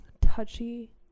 touchy